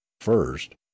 first